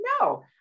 No